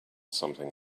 something